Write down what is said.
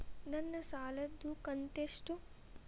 ನನ್ನ ಸಾಲದು ಕಂತ್ಯಷ್ಟು?